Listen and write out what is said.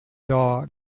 dog